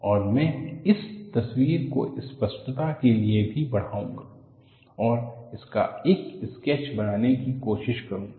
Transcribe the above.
और मैं इस तस्वीर को स्पष्टता के लिए भी बढ़ाऊंगा और इसका एक स्केच बनाने की कोशिश करूंगा